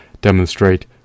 demonstrate